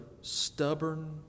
stubborn